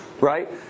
Right